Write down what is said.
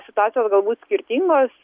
situacijos galbūt skirtingos